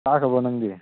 ꯆꯥꯈ꯭ꯔꯕꯣ ꯅꯪꯗꯤ